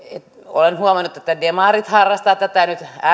olen huomannut että demarit harrastavat tätä ja nyt